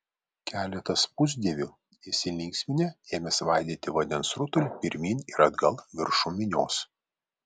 keletas pusdievių įsilinksminę ėmė svaidyti vandens rutulį pirmyn ir atgal viršum minios